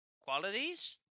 qualities